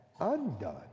undone